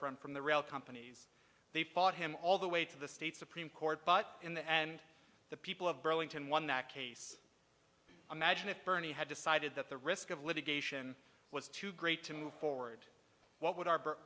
front from the rail companies they fought him all the way to the state supreme court but in the end the people of burlington won that case imagine if bernie had decided that the risk of litigation was too great to move forward what would arbor